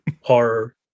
horror